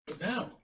now